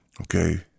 okay